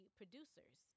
producers